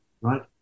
right